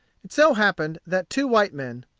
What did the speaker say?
it so happened that two white men,